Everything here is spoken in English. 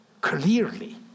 clearly